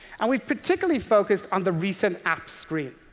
and we've particularly focused on the recent apps screen.